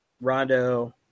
Rondo